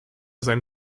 sein